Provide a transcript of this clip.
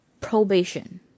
probation